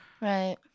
Right